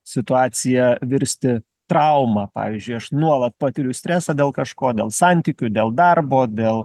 situacija virsti trauma pavyzdžiui aš nuolat patiriu stresą dėl kažko dėl santykių dėl darbo dėl